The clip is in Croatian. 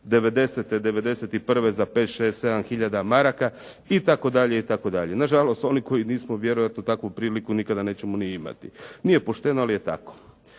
90., 91. za 5, 6, 7 hiljada maraka itd. Nažalost, oni koji nismo vjerojatno takvu priliku nikada nećemo ni imati. Nije pošteno ali je tako.